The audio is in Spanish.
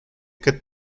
que